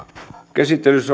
käsittelyssä